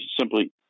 simply